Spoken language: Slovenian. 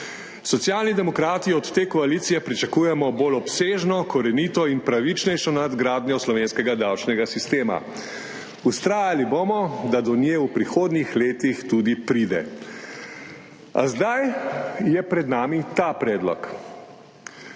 Socialni demokrati od te koalicije pričakujemo bolj obsežno, korenito in pravičnejšo nadgradnjo slovenskega davčnega sistema. Vztrajali bomo, da do nje v prihodnjih letih tudi pride, a zdaj je pred nami ta predlog.